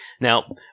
Now